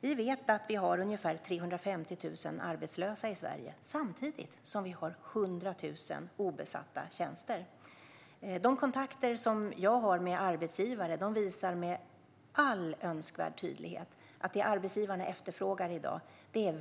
Vi vet att vi har ungefär 350 000 arbetslösa i Sverige samtidigt som vi har 100 000 obesatta tjänster. De kontakter jag har med arbetsgivare visar med all önskvärd tydlighet att det som arbetsgivarna efterfrågar i dag